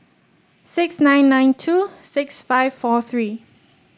six nine nine two six five four three